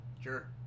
sure